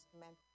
meant